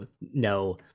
No